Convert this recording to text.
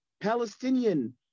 Palestinian